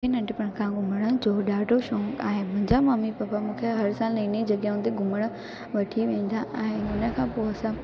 मूंखे नंढपण खां घुमण जो ॾाढो शौक़ु आहे मुंहिंजा मम्मी पप्पा मूंखे हर साल नईं नईं जॻहियुनि ते घुमण वठी वेंदा आहिनि हुन खां पोइ असां